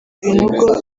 ibinogo